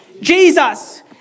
Jesus